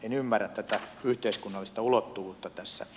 en ymmärrä tätä yhteiskunnallista ulottuvuutta tässä